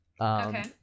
Okay